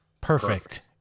perfect